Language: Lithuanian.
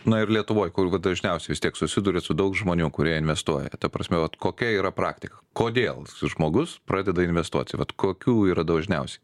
na ir lietuvoj kur dažniausiai jūs tiek susiduriat su daug žmonių kurie investuoja ta prasme vot kokia yra praktika kodėl žmogus pradeda investuoti vat kokių yra dažniausiai